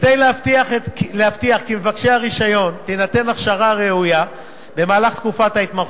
כדי להבטיח כי למבקשי הרשיון תינתן הכשרה ראויה במהלך תקופת ההתמחות,